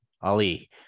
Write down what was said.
Ali